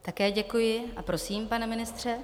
Také děkuji a prosím, pane ministře.